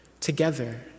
together